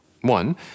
One